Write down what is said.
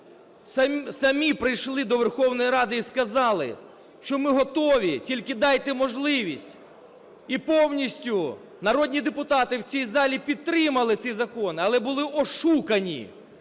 самі прийшли до Верховної Ради і сказали, що ми готові, тільки дайте можливість. І повністю народні депутати в цій залі підтримали цей закон, але були ошукані,